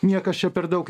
niekas čia per daug